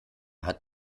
hat